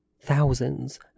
thousands